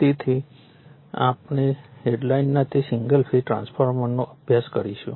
તેથી હવે આપણે હેડલાઇનના તે સિંગલ ફેઝ ટ્રાન્સફોર્મરનો અભ્યાસ કરીશું